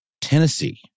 Tennessee